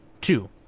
two